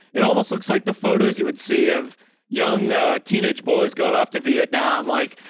it almost looks like the photos you would see of young teenage boys going off to vietnam like,